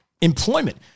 Employment